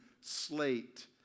slate